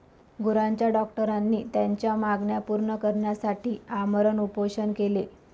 गुरांच्या डॉक्टरांनी त्यांच्या मागण्या पूर्ण करण्यासाठी आमरण उपोषण केले